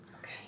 Okay